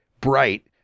Bright